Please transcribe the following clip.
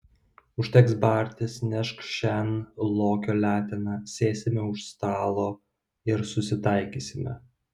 užteks bartis nešk šen lokio leteną sėsime už stalo ir susitaikysime